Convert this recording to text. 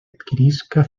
adquirisca